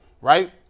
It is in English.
right